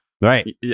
right